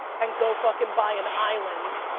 and go fucking buy an island.